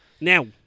now